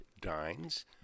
Dines